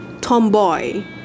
Tomboy